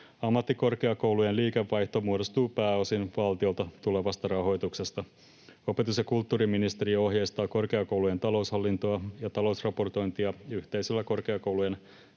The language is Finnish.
Ammattikorkeakoulujen liikevaihto muodostuu pääosin valtiolta tulevasta rahoituksesta. Opetus- ja kulttuuriministeriö ohjeistaa korkeakoulujen taloushallintoa ja talousraportointia yhteisellä korkeakoulujen